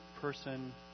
person